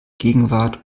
gegenwart